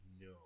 No